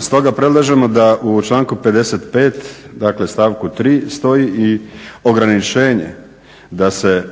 Stoga predlažem da u članku 55. dakle stavku 3. stoji i ograničenje da se